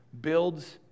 builds